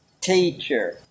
teacher